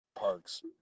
parks